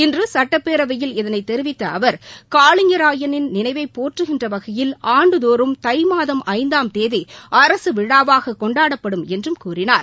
இன்று சட்டப்பேரவையில் இதனைத் தெரிவித்த அவர் காளிங்கராயனின் நினைவைய் போற்றுகின்ற வகையில் ஆண்டுதோறும் தை மாதம் ஐந்தாம் தேதி அரசு விழாவாக கொண்டாடப்படும் என்றும் கூறினார்